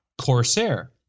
Corsair